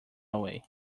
away